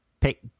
pick